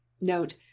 note